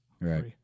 Right